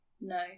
No